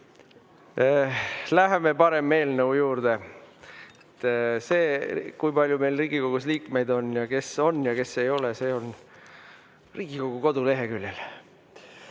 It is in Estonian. Läheme parem eelnõu juurde. See, kui palju meil Riigikogus liikmeid on, kes on ja kes ei ole, see on Riigikogu koduleheküljel.